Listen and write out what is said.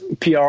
PR